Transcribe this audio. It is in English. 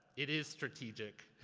it is strategic,